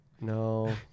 No